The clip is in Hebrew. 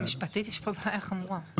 יש פה בעיה חמורה.